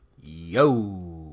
Yo